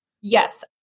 Yes